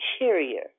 interior